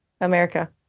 America